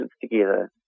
together